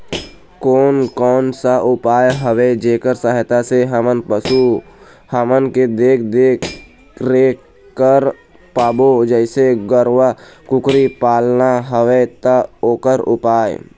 कोन कौन सा उपाय हवे जेकर सहायता से हम पशु हमन के देख देख रेख कर पाबो जैसे गरवा कुकरी पालना हवे ता ओकर उपाय?